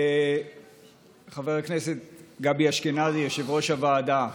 חבר הכנסת גבי אשכנזי, יושב-ראש הוועדה,